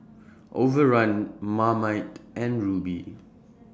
Overrun Marmite and Rubi